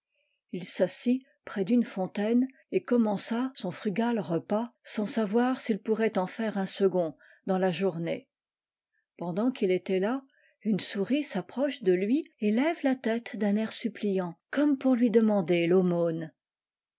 h s'assit près d'une fontaine et commença son frugal repas sans savoir s'il pourrait en faire un second dans la journée pendant qu'il était là une souris s'approche de lui et lève la tète d'un air suppliant comme pour lui demander l'aumône